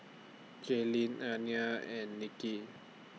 Jalyn Alaina and Nicki